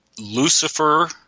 Lucifer